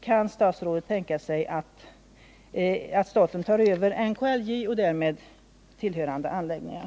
Kan statsrådet tänka sig att staten tar över NKLJ och därmed tillhörande anläggningar?